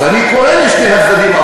אז אני קורא לשני הצדדים,